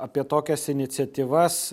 apie tokias iniciatyvas